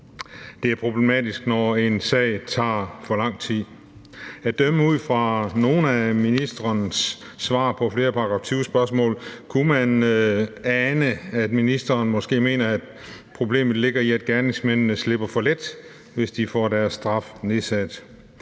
det er problematisk, når en sag tager for lang tid. At dømme ud fra nogle af ministerens svar på flere § 20-spørgsmål kunne man ane, at ministeren måske mener, at problemet ligger i, at gerningsmændene slipper for let, hvis de får deres straf nedsat,